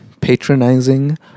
patronizing